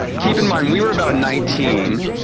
keep in mind, we were about nineteen,